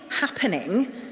happening